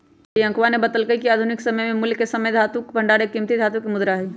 प्रियंकवा ने बतल्ल कय कि आधुनिक समय में मूल्य के सबसे आम भंडार एक कीमती धातु के मुद्रा हई